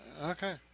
Okay